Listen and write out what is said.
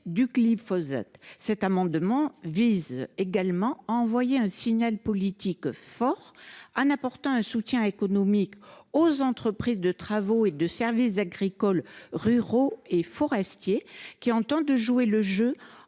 que le précédent, vise à envoyer un signal politique fort en apportant un soutien économique aux entreprises de travaux et services agricoles, ruraux et forestiers qui entendent jouer le jeu.